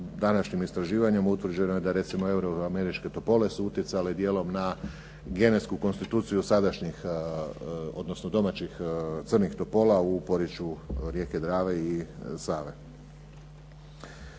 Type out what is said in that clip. današnjim istraživanjem utvrđeno je da recimo euroameričke topole su utjecale dijelom na genetsku konstituciju sadašnjih, odnosno domaćih crnih topola u porječju rijeke Drave i Save.